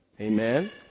Amen